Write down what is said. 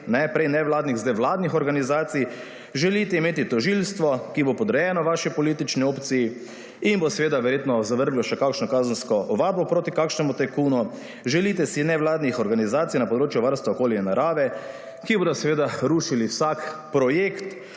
prej ne vladnih zdaj vladnih organizacij, želite imeti tožilstvo, ki bo podrejeno vaši politični opciji in bo verjetno zavrglo še kakšno kazensko ovadbo proti kakšnemu tajkunu, želite si nevladnih organizacij na področju varstva okolja in narave, ki bodo rušili vsak projekt,